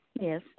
Yes